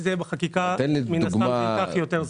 כאשר זה יהיה בחקיקה זה ייקח זמן רב יותר.